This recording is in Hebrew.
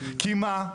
כי מה?